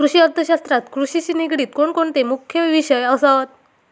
कृषि अर्थशास्त्रात कृषिशी निगडीत कोणकोणते मुख्य विषय असत?